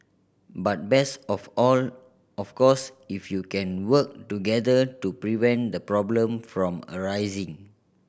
but best of all of course if you can work together to prevent the problem from arising